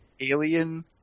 Alien